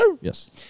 Yes